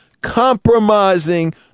compromising